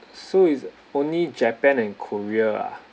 so is only japan and korea ah